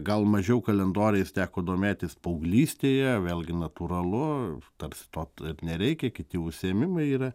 gal mažiau kalendoriais teko domėtis paauglystėje vėlgi natūralu tats tuo taip nereikia kiti užsiėmimai yra